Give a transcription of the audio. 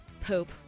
Poop